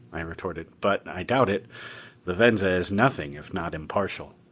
i retorted. but i doubt it the venza is nothing if not impartial.